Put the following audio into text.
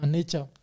Nature